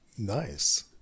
nice